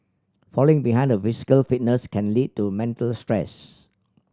falling behind in physical fitness can lead to mental stress